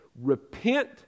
Repent